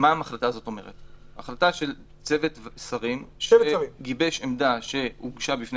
החלטה של צוות שרים שגיבש עמדה שהוגשה בפני